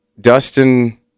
Dustin